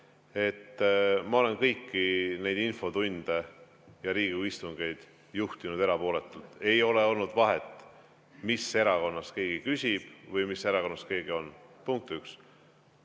Ma olen kõiki neid infotunde ja Riigikogu istungeid juhtinud erapooletult. Ei ole olnud vahet, mis erakonnast keegi küsib või mis erakonnast keegi on. Punkt üks.